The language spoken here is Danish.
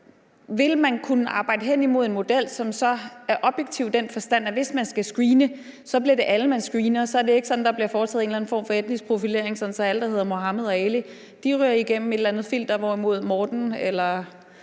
Vil man kunne arbejde hen imod en model, som så er objektiv i den forstand, at hvis man skal screene, bliver det alle, man screener, og så det ikke sådan, at der bliver foretaget en eller anden form for etnisk profilering, sådan at alle, der hedder Mohammad og Ali, ryger igennem et eller andet filter, hvorimod Miles